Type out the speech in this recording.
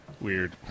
Weird